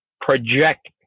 project